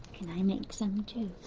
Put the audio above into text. can i make some too?